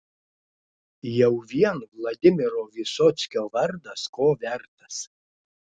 jau vien vladimiro vysockio vardas ko vertas